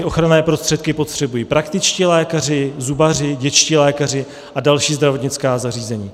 Ochranné prostředky potřebují praktičtí lékaři, zubaři, dětští lékaři a další zdravotnická zařízení.